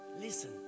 listen